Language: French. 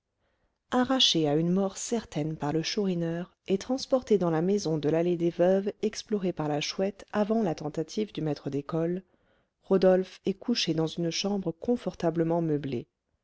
arraché à une mort certaine par le chourineur et transporté dans la maison de l'allée des veuves explorée par la chouette avant la tentative du maître d'école rodolphe est couché dans une chambre confortablement meublée